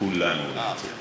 לא כולם אומרים את זה.